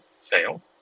fail